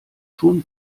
schon